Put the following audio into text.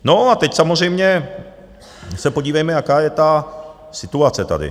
No a teď samozřejmě se podívejme, jaká je ta situace tady.